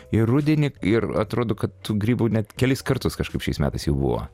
į rudenį ir atrodo kad tų grybų net kelis kartus kažkaip šiais metais jau buvo